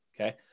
okay